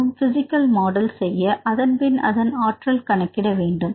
அதுவும் physical model செய்ய அதன்பின் அதன் ஆற்றல் கணக்கிட வேண்டும்